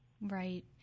Right